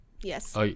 yes